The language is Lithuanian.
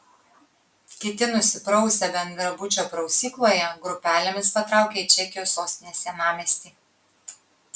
kiti nusiprausę bendrabučio prausykloje grupelėmis patraukė į čekijos sostinės senamiestį